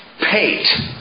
pate